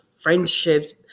Friendships